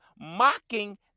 mocking